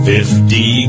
Fifty